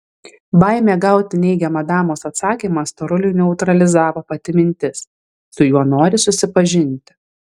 baimė gauti neigiamą damos atsakymą storuliui neutralizavo pati mintis su juo nori susipažinti